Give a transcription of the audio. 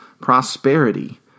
prosperity